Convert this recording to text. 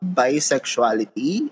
bisexuality